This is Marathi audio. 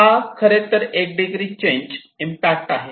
हा खरेतर 1 डिग्री चेंज इम्पॅक्ट आहे